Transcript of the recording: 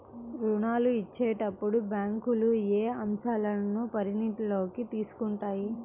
ఋణాలు ఇచ్చేటప్పుడు బ్యాంకులు ఏ అంశాలను పరిగణలోకి తీసుకుంటాయి?